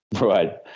Right